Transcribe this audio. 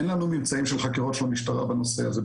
אין לנו ממצאים של חקירות של המשטרה במקרה הזה,